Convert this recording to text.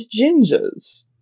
gingers